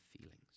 feelings